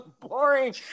boring